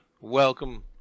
Welcome